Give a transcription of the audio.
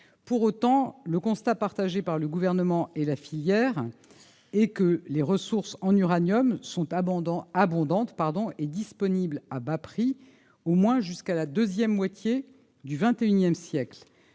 Pour autant, le constat partagé par le Gouvernement et la filière est que les ressources en uranium sont abondantes et disponibles à bas prix au moins jusqu'à la deuxième moitié du XXIsiècle.